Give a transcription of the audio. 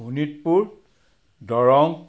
Sonitpur Darrang